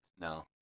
No